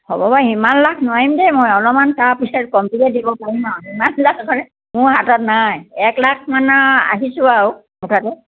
হ'ব বাৰু সিমান লাখ নোৱাৰিম দেই মই অলপমান তাৰপিছত কমতিকে দিব পাৰিম মোৰ হাতত নাই এক লাখ মানে আহিছোঁ আৰু